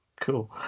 cool